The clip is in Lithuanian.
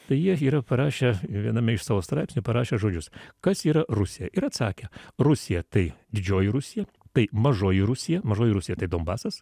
tai jie yra parašę viename iš savo straipsnių parašė žodžius kas yra rusija ir atsakė rusija tai didžioji rusija tai mažoji rusija mažoji rusija tai donbasas